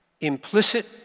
Implicit